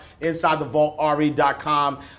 InsideTheVaultRE.com